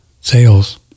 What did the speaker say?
sales